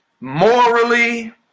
morally